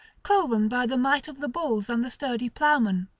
cloven by the might of the bulls and the sturdy ploughman.